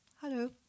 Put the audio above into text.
hello